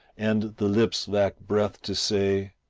and the lips lack breath to say,